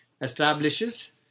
establishes